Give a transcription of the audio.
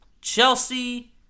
Chelsea